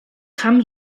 come